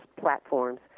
platforms